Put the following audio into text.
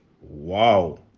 wow